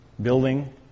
building